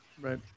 Right